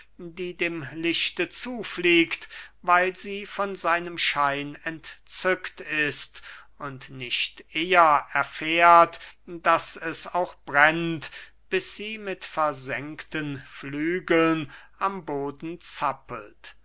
die dem lichte zufliegt weil sie von seinem schein entzückt ist und nicht eher erfährt daß es auch brennt bis sie mit versengten flügeln am boden zappelt